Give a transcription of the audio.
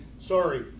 Sorry